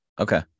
Okay